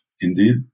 indeed